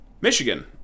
Michigan